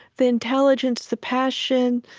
the intelligence, the passion,